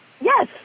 Yes